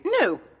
No